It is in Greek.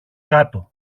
κάτω